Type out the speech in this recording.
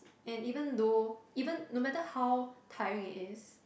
and even though even no matter how tiring it is